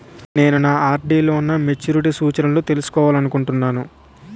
నేను నా ఆర్.డి లో నా మెచ్యూరిటీ సూచనలను తెలుసుకోవాలనుకుంటున్నాను